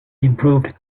improved